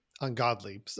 ungodly